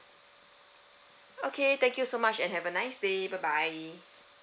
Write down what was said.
okay thank you so much and have a nice day bye bye